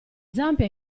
zampe